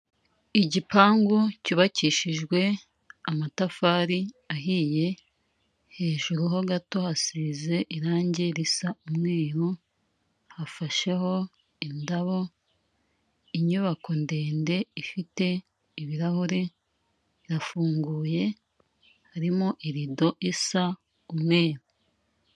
Igipangu cyubakishijwe amatafari ahiye, hejuru ho gato hasize irange risa umweru, hafasheho indabo, inyubako ndende ifite ibirahure irafunguye harimo irido isa umweru.